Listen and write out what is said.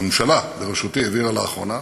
הממשלה בראשותי העבירה לאחרונה,